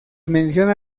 menciona